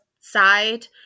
side